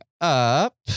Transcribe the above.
up